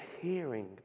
hearing